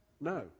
No